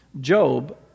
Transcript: Job